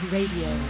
Radio